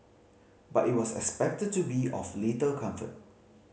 but it was expected to be of little comfort